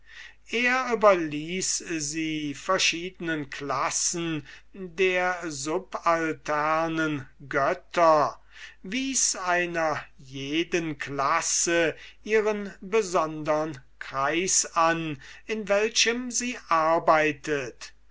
er überließ sie verschiedenen klassen der subalternen götter wies einer jeden klasse ihren besondern kreis an in welchem sie arbeitet